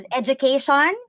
education